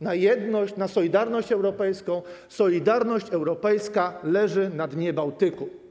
na jedność, na solidarność europejską - solidarność europejska leży na dnie Bałtyku.